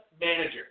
manager